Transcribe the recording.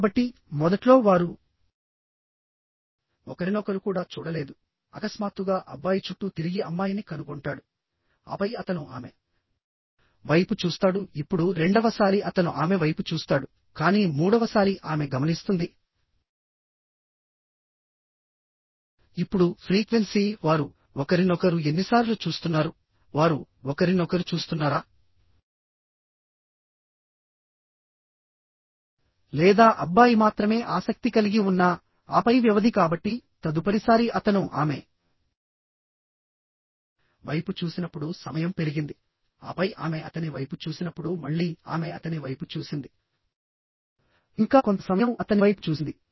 కాబట్టి మొదట్లో వారు ఒకరినొకరు కూడా చూడలేదు అకస్మాత్తుగా అబ్బాయి చుట్టూ తిరిగి అమ్మాయిని కనుగొంటాడు ఆపై అతను ఆమె వైపు చూస్తాడు ఇప్పుడు రెండవ సారి అతను ఆమె వైపు చూస్తాడు కానీ మూడవ సారి ఆమె గమనిస్తుంది ఇప్పుడు ఫ్రీక్వెన్సీ వారు ఒకరినొకరు ఎన్నిసార్లు చూస్తున్నారు వారు ఒకరినొకరు చూస్తున్నారా లేదా అబ్బాయి మాత్రమే ఆసక్తి కలిగి ఉన్నా ఆపై వ్యవధి కాబట్టి తదుపరిసారి అతను ఆమె వైపు చూసినప్పుడు సమయం పెరిగింది ఆపై ఆమె అతని వైపు చూసినప్పుడు మళ్ళీ ఆమె అతని వైపు చూసింది ఇంకా కొంత సమయం అతని వైపు చూసింది